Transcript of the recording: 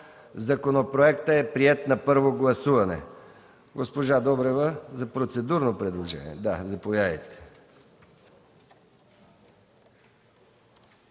Законопроектът е приет на първо гласуване. Госпожа Добрева – за процедурно предложение, заповядайте.